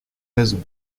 raison